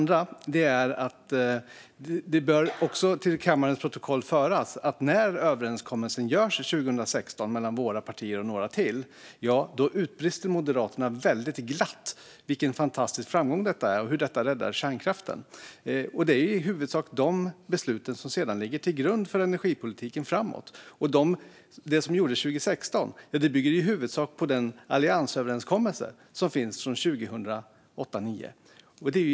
Det bör också till kammarens protokoll föras att när överenskommelsen gjordes 2016 mellan våra partier och några till utbrast Moderaterna väldigt glatt att det var en fantastisk framgång och att det räddade kärnkraften. Det är i huvudsak dessa beslut som sedan har legat till grund för energipolitiken. Det som gjordes 2016 bygger i huvudsak på alliansöverenskommelsen från 2008-2009.